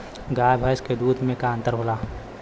गाय भैंस के दूध में का अन्तर होला?